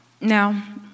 Now